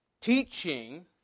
teaching